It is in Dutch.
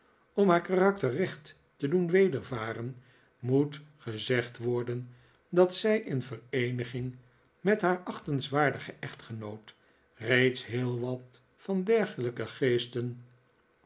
om haar karakter recht te doen wedervaren moet gezegd worden dat zij in vereeniging met haar achtenswaardigen echtgenoot reeds heel wat van dergelijke geesten